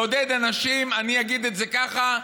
לעודד אנשים, אני אגיד את זה ככה,